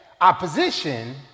opposition